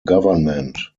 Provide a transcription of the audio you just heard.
government